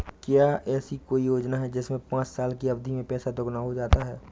क्या ऐसी कोई योजना है जिसमें पाँच साल की अवधि में पैसा दोगुना हो जाता है?